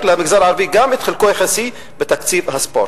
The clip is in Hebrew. למגזר הערבי גם את חלקו היחסי בתקציב הספורט.